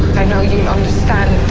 i know you'd understand